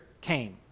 came